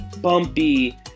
bumpy